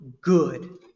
good